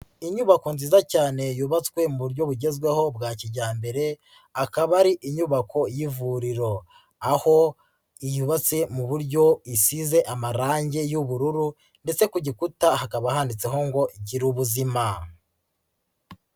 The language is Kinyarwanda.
Inyubako nziza cyane yubatswe mu buryo bugezweho bwa kijyambere akaba ari inyubako y'ivuriro, aho yubatse mu buryo isize amarangi y'ubururu ndetse ku gikuta hakaba handitseho ngo Gira ubuzima.